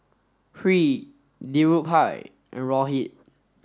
Hri Dhirubhai and Rohit